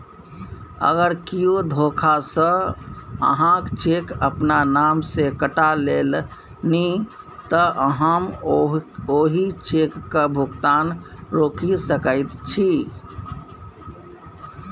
अगर कियो धोखासँ अहाँक चेक अपन नाम सँ कटा लेलनि तँ अहाँ ओहि चेकक भुगतान रोकि सकैत छी